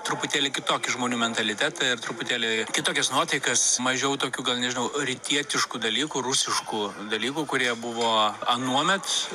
truputėlį kitokį žmonių mentalitetą ir truputėlį kitokias nuotaikas mažiau tokių gal nežinau rytietiškų dalykų rusiškų dalykų kurie buvo anuomet